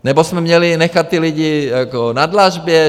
Nebo jsme měli nechat ty lidi jako na dlažbě?